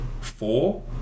four